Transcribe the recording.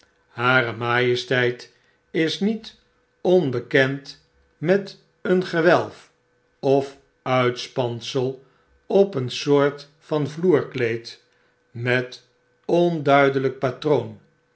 haar majesteit is nietonbekend met een gewelf of uitspansel op een soort van vloerkleed met onduidelyk patroon